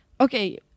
okay